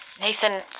Nathan